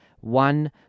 one